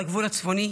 על הגבול הצפוני.